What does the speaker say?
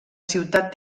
ciutat